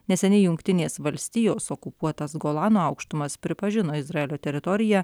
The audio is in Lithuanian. neseniai jungtinės valstijos okupuotas golano aukštumas pripažino izraelio teritorija